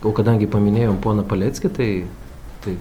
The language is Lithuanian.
o kadangi paminėjom poną paleckį tai